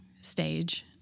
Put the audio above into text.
stage